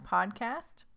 Podcast